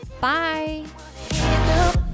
Bye